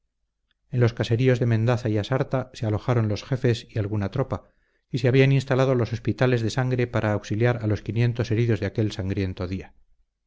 en los caseríos de mendaza y asarta se alojaban los jefes y alguna tropa y se habían instalado los hospitales de sangre para auxiliar a los quinientos heridos de aquel sangriento día